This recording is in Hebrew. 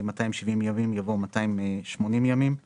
יבוא "ועדת הכספים של הכנסת".